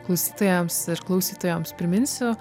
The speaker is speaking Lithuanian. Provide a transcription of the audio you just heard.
klausytojams ir klausytojoms priminsiu